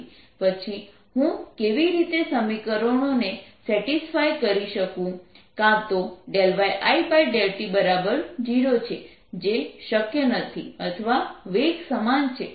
પછી હું કેવી રીતે સમીકરણોને સેટિસ્ફાય કરી શકું કાં તો yI∂t0 છે જે શક્ય નથી અથવા વેગ સમાન છે